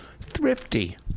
thrifty